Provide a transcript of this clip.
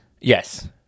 Yes